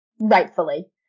rightfully